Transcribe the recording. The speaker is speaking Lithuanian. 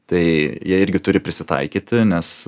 tai jie irgi turi prisitaikyti nes